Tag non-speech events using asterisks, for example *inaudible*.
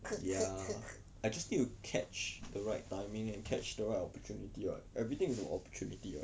*noise*